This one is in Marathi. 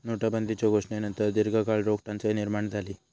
नोटाबंदीच्यो घोषणेनंतर दीर्घकाळ रोख टंचाई निर्माण झाली